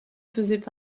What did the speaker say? faisaient